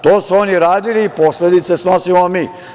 To su oni radili i posledice snosimo mi.